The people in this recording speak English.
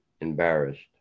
embarrassed